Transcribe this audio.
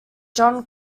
john